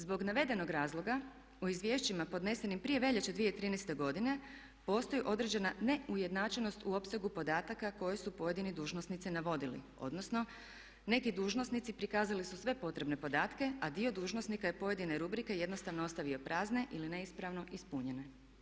Zbog navedenog razloga u izvješćima podnesenim prije veljače 2013. godine postoji određena neujednačenost u opsegu podataka koje su pojedini dužnosnici navodili, odnosno neki dužnosnici prikazali su sve potrebne podatke a dio dužnosnika je pojedine rubrike jednostavno ostavio prazne ili neispravno ispunjene.